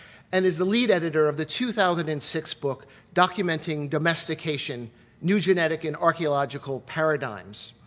and is the lead editor of the two thousand and six book documenting domestication new genetic and archaeological paradigms.